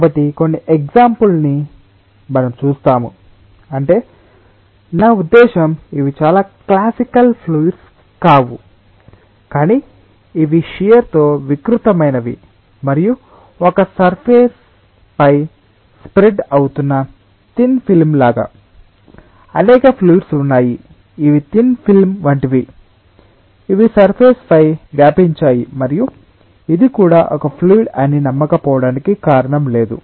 కాబట్టి కొన్ని ఎగ్సాంపుల్స్ ని మనం చూస్తాము అంటే నా ఉద్దేశ్యం ఇవి చాలా క్లాసికల్ ఫ్లూయిడ్స్ కావు కానీ ఇవి షియర్ తో వికృతమైనవి మరియు ఒక సర్ఫేస్పై స్ప్రెడ్ అవుతున్న థిన్ ఫిల్మ్ లాగా అనేక ఫ్లూయిడ్స్ ఉన్నాయి ఇవి థిన్ ఫిల్మ్ వంటివి ఇవి సర్ఫేస్పై వ్యాపించాయి మరియు ఇది కూడా ఒక ఫ్లూయిడ్ అని నమ్మకపోవడానికి కారణం లేదు